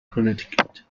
connecticut